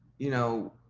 you know,